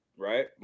Right